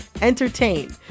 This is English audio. entertain